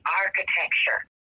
architecture